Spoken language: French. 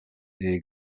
est